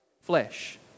flesh